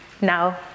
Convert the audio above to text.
now